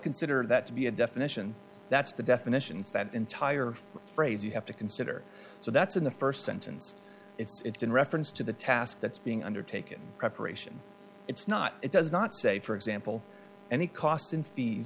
consider that to be a definition that's the definitions that entire phrase you have to consider so that's in the st sentence it's in reference to the task it's being undertaken preparation it's not it does not say for example any cost in fee